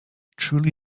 truly